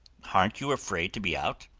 aren't you afraid to be out?